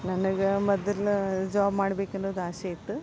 ನನಗ ಮೊದಲು ಜಾಬ್ ಮಾಡ್ಬೇಕನ್ನೋದು ಆಸೆ ಇತ್ತು